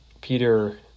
Peter